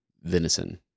venison